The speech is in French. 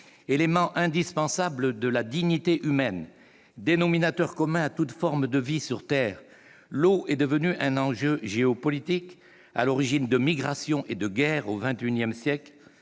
Élément indispensable de la dignité humaine, dénominateur commun à toute forme de vie sur terre, l'eau est devenue un enjeu géopolitique, à l'origine de migrations et de guerres au XXI siècle.